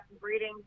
breeding